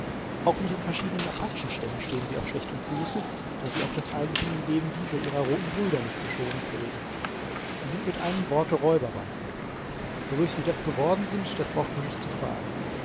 auch mit den verschiedenen apachenstämmen stehen sie auf schlechtem fuße da sie auch das eigentum und leben dieser ihrer roten brüder nicht zu schonen pflegen sie sind mit einem worte räuberbanden wodurch sie das geworden sind das braucht man nicht zu fragen